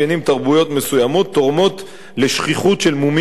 מסוימות תורמים לשכיחות של מומים מולדים,